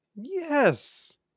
yes